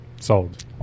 Sold